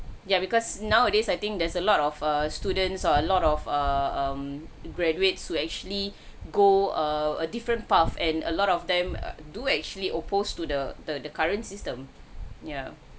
ya because nowadays I think there's a lot of err students err a lot of err um graduates who actually go err a different path and a lot of them are do actually opposed to the the current system yeah